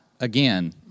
again